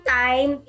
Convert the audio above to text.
time